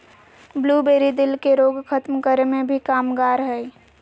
blueberry, दिल के रोग खत्म करे मे भी कामगार हय